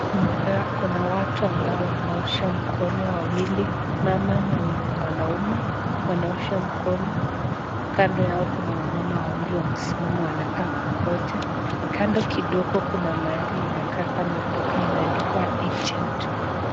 Tumepewa kuna watu ambao wanaosha mikono wawili, mama na mwanaume wanaosha mikono, kando yao kuna wamama wawili wamesimama wanakaa kungoja, kando kidogo kuna mahali inakaa kama duka imeandikwa Agent .